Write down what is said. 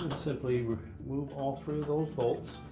simply remove all three of those bolts.